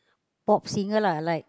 pop singer lah like